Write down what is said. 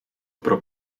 pro